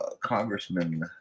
Congressman